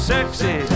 Sexy